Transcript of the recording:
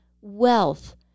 Wealth